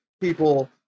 people